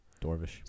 Dorvish